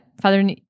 Father